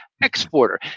Exporter